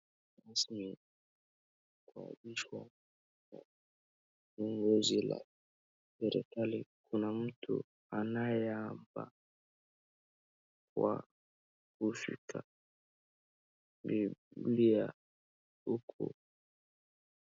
Kuapishwa kwa uongozi wa serikali. Kuna mtu anayehapa kwa kushika Biblia huko.